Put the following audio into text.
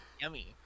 Yummy